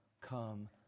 come